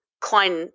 Klein